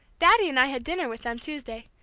daddy and i had dinner with them tuesday.